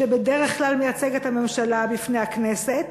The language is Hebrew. שבדרך כלל מייצג את הממשלה בפני הכנסת,